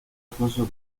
alfonso